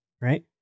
right